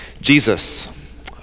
Jesus